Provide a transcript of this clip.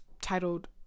titled